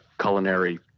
culinary